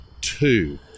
two